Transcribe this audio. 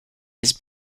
his